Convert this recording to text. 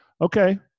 okay